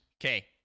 okay